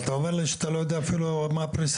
אבל אתה אומר לי שאתה לא יודע אפילו מה הפריסה.